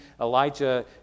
Elijah